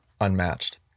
unmatched